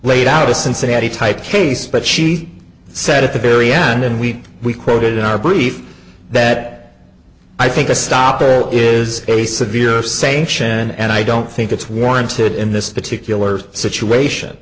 laid out the cincinnati type case but she said at the very end and we we quoted in our brief that i think the stop there is a severe sanction and i don't think it's warranted in this particular situation